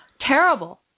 Terrible